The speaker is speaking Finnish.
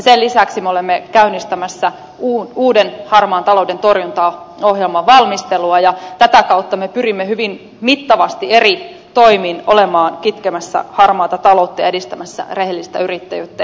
sen lisäksi me olemme käynnistämässä uuden harmaan talouden torjuntaohjelman valmistelua ja tätä kautta me pyrimme hyvin mittavasti eri toimin olemaan kitkemässä harmaata taloutta ja edistämässä rehellistä yrittäjyyttä